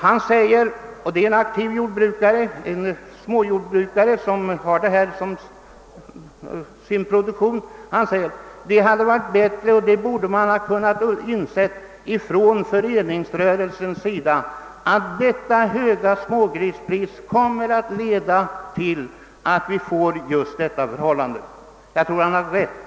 Han sade vidare, och han är alltså en aktiv småjordbrukare med denna produktion, att föreningsrörelsen borde ha kunnat inse, Åtgärder för att åstadkomma bärkraftiga och effektiva familjejordbruk att det höga smågrispriset skulle leda till just detta resultat, och jag tror att han har rätt.